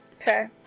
Okay